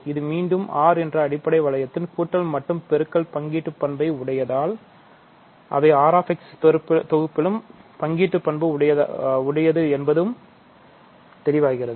இது மீண்டும் R என்ற அடிப்படை வளையத்தில் கூட்டல் மற்றும் பெருக்கல் பங்கீட்டுப்பண்பு உடையதால் அவை R x தொகுப்பிலும் பங்கீட்டுப்பண்பு உடையது என்பதும் தெளிவாகிறது